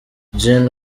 gen